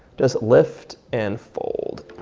just lift and fold.